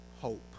hope